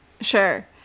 sure